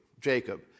Jacob